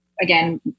again